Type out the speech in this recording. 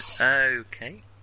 Okay